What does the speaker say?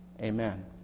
Amen